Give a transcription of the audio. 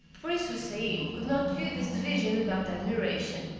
prince houssain could not view this division without admiration.